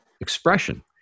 expression